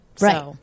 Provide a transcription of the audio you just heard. right